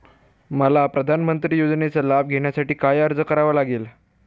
मला प्रधानमंत्री योजनेचा लाभ घेण्यासाठी काय अर्ज करावा लागेल?